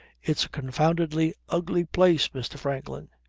it's a confoundedly ugly place, mr. franklin.